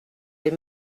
les